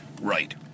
Right